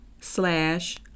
slash